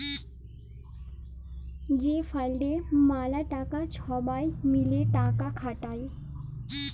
যে ফাল্ডে ম্যালা টাকা ছবাই মিলে টাকা খাটায়